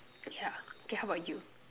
yeah okay how about you